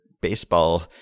baseball